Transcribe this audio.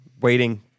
waiting